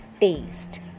taste